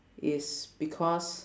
is because